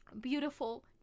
beautiful